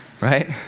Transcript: Right